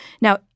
Now